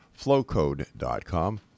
flowcode.com